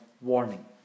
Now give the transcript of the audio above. warning